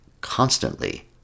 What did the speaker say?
constantly